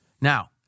Now